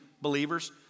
believers